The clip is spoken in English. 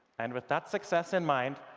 and with that success in mind,